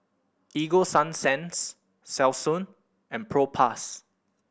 Ego Sunsense Selsun and Propass